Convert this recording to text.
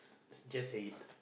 just say it